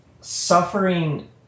suffering